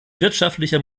wirtschaftlicher